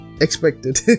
Expected